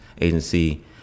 agency